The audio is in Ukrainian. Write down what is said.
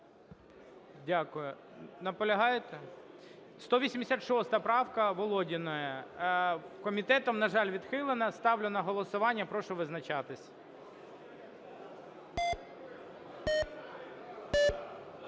Дякую. Наполягаєте? 186 правка Володіної. Комітетом, на жаль, відхилена. Ставлю на голосування. Прошу визначатись.